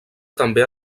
també